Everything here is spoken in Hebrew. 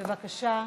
בבקשה,